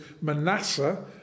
manasseh